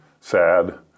sad